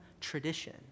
tradition